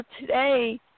today